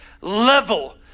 level